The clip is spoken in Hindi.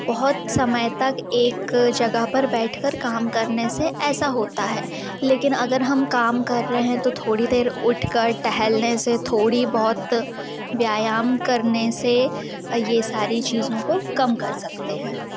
बहुत समय तक एक जगह पर बैठकर काम करने से ऐसा होता है लेकिन अगर हम काम कर रहे हैं तो थोड़ी देर उठकर टहलने से थोड़ बहुत व्यायाम करने से ये सारी चीज़ों को कम कर सकते हैं